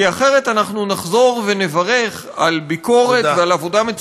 כי אחרת אנחנו נחזור ונברך על ביקורת ועל עבודה,